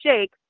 Jake